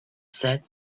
said